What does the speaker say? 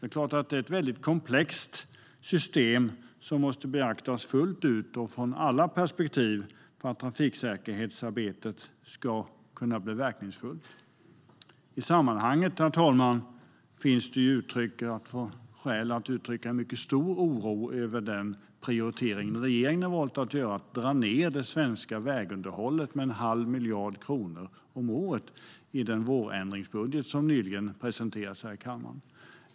Det är klart att det är ett väldigt komplext system som måste beaktas fullt ut och från alla perspektiv för att trafiksäkerhetsarbetet ska kunna bli verkningsfullt. Herr talman! I sammanhanget finns det skäl att uttrycka en mycket stor oro över den prioritering regeringen har valt att göra, att dra ned det svenska det svenska vägunderhållet med en halv miljard kronor om året i den vårändringsbudget som nyligen presenterades här i kammaren.